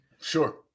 sure